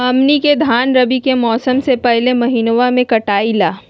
हमनी के धान रवि के मौसम के पहले महिनवा में कटाई ला